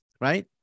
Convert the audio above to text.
right